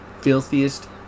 filthiest